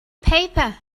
paper